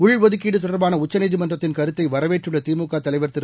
உள்டுதுக்கீடு தொடர்பான உச்சநீதிமன்றத்தின் கருத்தை வரவேற்றுள்ள திமுக தலைவர் திரு